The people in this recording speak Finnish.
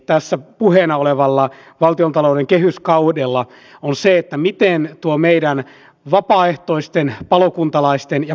että meillä on monia asioita katsottavana mitä me niille maakunnille itsehallintoalueille kaiken kaikkiaan annamme